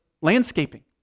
landscaping